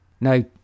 Now